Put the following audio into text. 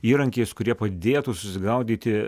įrankiais kurie padėtų susigaudyti